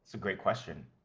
so great question.